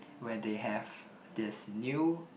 where they have there's new